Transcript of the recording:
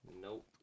Nope